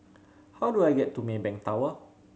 how do I get to Maybank Tower